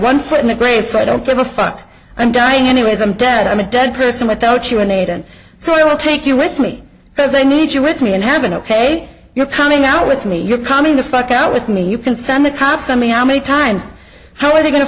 one foot in the grace i don't give a fuck i'm dying anyways i'm dead i'm a dead person without you in aid and so i will take you with me because i need you with me in heaven ok you're coming out with me you're coming the fuck out with me you can send the cops on me how many times how are they going to